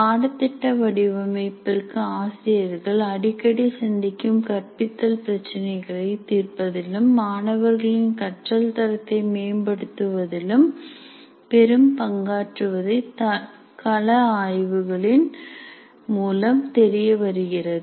பாடத் திட்ட வடிவமைப்பிற்கு ஆசிரியர்கள் அடிக்கடி சந்திக்கும் கற்பித்தல் பிரச்சினைகளைத் தீர்ப்பதிலும் மாணவர்களின் கற்றல் தரத்தை மேம்படுத்துவதிலும் பெரும் பங்காற்றுவதுதை கள ஆய்வுகளின் மூலம் தெரியவருகிறது